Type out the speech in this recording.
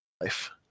life